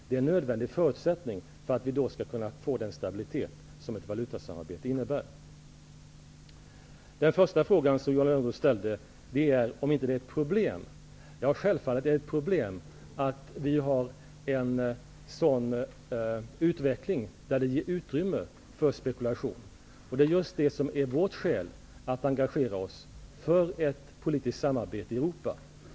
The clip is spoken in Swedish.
Det är en nödvändig förutsättning för att vi skall få den stabilitet som ett valutasamarbete innebär. Den första fråga som Johan Lönnroth ställde var om inte penningägarnas agerande är ett problem. Självfallet är det ett problem att vi har en sådan utveckling som ger utrymme för spekulation. Det är just det som är vårt skäl för att engagera oss för ett politiskt samarbete i Europa.